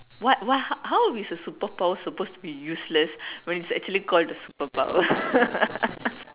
what what how how is a super power supposed to be useless when it's called a super power